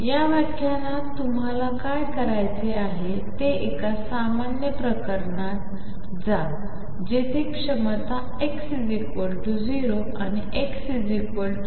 या व्याख्यानात तुम्हाला काय करायचे आहे ते एका सामान्य प्रकरणात जा जेथे क्षमता x0 आणि xL